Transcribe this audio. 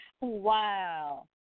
Wow